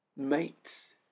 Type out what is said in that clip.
mates